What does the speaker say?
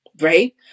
right